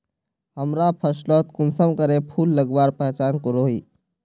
हमरा फसलोत कुंसम करे फूल लगवार पहचान करो ही?